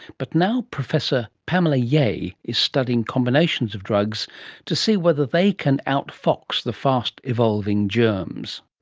but now professor pamela yeh is studying combinations of drugs to see whether they can outfox the fast evolving germs.